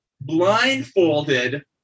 Blindfolded